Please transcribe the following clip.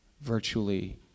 Virtually